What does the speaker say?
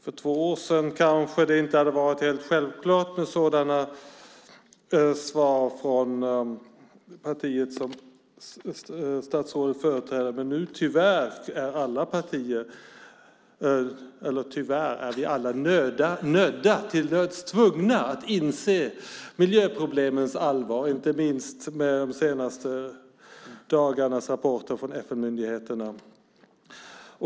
För två år sedan kanske det inte hade varit helt självklart med sådana svar från partiet som statsrådet företräder. Nu är vi alla tyvärr nödda och tvungna att inse miljöproblemens allvar. Det gäller inte minst med de senaste dagarnas rapporter från FN-myndigheterna.